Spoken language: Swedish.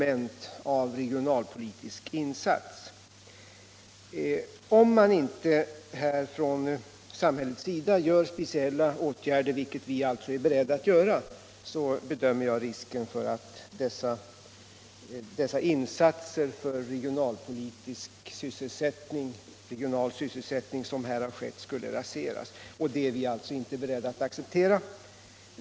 Om man inte här från samhällets sida vidtar speciella åtgärder — vilket vi alltså är beredda att göra — så bedömer jag det så att det finns risk för att de insatser för regional sysselsättning som här har gjorts skulle raseras. Det är vi alltså inte beredda att acceptera.